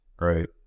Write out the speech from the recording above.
Right